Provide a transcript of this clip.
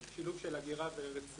שילוב של ---.